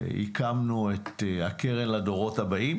הקמנו את הקרן לדורות הבאים